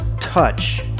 touch